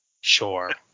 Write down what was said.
sure